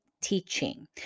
teaching